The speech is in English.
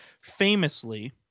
famously